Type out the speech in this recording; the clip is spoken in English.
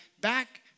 back